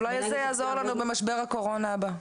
אולי זה יעזור לנו במשבר הקורונה הבא.